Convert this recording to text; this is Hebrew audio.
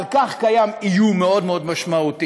על כך קיים איום מאוד משמעותי.